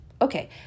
Okay